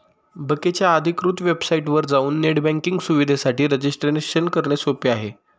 बकेच्या अधिकृत वेबसाइटवर जाऊन नेट बँकिंग सुविधेसाठी रजिस्ट्रेशन करणे सोपे आहे